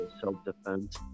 self-defense